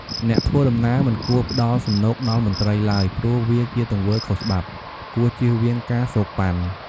អ្នកធ្វើដំណើរមិនគួរផ្តល់សំណូកដល់មន្ត្រីឡើយ ព្រោះវាជាទង្វើខុសច្បាប់ គួរជៀសវាងការសូកប៉ាន់។